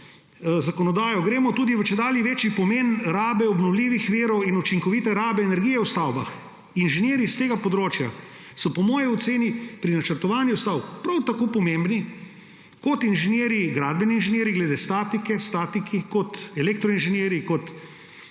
zakonodajo tudi v čedalje večji pomen rabe obnovljivih virov in učinkovite rabe energije v stavbah. Inženirji s tega področja so po moji oceni pri načrtovanju stavb prav tako pomembni kot gradbeni inženirji, kot glede statike statiki, kot elektroinženirji, kot